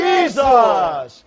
Jesus